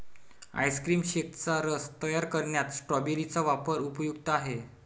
ice cream शेकचा रस तयार करण्यात स्ट्रॉबेरी चा वापर उपयुक्त आहे